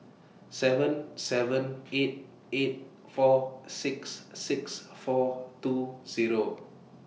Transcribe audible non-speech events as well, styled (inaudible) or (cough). seven seven (noise) eight eight four six six four two Zero